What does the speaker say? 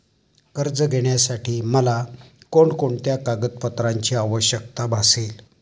कर्ज घेण्यासाठी मला कोणत्या कागदपत्रांची आवश्यकता भासेल?